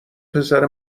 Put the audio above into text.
پسر